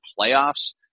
playoffs